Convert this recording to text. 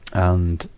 and,